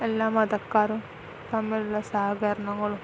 എല്ലാ മതക്കാരും തമ്മിലുള്ള സഹകരണങ്ങളും